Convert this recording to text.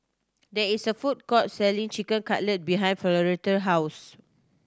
there is a food court selling Chicken Cutlet behind Floretta house